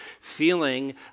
feeling